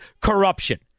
corruption